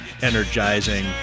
energizing